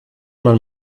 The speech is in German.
man